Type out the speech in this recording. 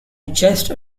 just